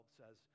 says